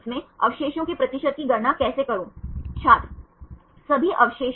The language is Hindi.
तो यदि आपके पास 10 अवशेष हैं तो यह समायोजित करेगा यदि यह सीधा है तो यह कितना समायोजित करेगा